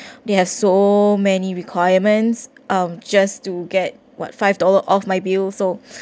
they have so many requirements um just to get what five dollar off my bill so